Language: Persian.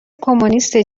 کمونیست